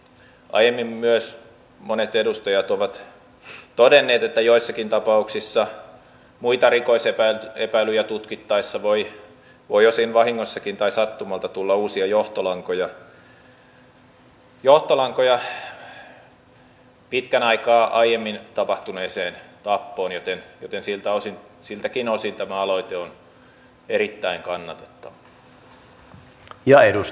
aiemmin monet edustajat ovat myös todenneet että joissakin tapauksissa muita rikosepäilyjä tutkittaessa voi osin vahingossakin tai sattumalta tulla uusia johtolankoja pitkän aikaa aiemmin tapahtuneeseen tappoon joten siltäkin osin tämä aloite on erittäin kannatettava